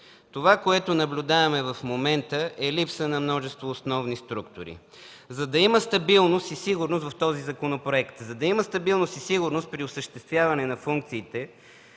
Това, което наблюдаваме в момента, е липса на множество основни структури. За да има стабилност и сигурност в този законопроект, за да има стабилност и сигурност при осъществяване на функциите